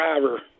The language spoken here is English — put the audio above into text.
driver